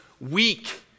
weak